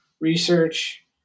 research